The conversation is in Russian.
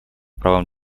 правам